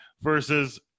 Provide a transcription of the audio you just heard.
versus